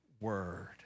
word